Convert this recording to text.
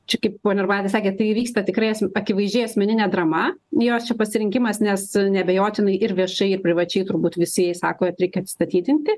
čia kaip ponia urbaitė sakė tai vyksta tikrai asm akivaizdžiai asmeninė drama jos čia pasirinkimas nes neabejotinai ir viešai ir privačiai turbūt visi jai sako kad reikia atsistatydinti